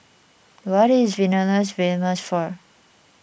what is Vilnius famous for